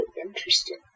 interesting